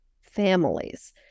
families